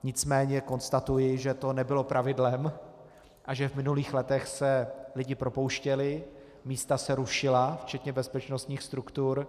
Nicméně konstatuji, že to nebylo pravidlem a že v minulých letech se lidé propouštěli, místa se rušila, včetně bezpečnostních struktur.